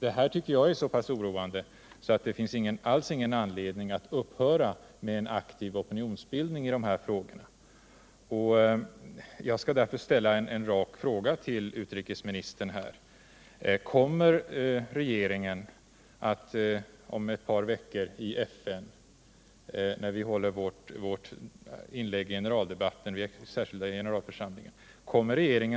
Detta tycker jag är så oroande att det inte alls finns anledning att upphöra med en aktiv opinionsbildning i dessa frågor. Jag skall därför ställa en rak fråga till utrikesministern: Kommer regeringen om ett par veckor, när vi håller vårt inlägg i särskilda generalförsamlingen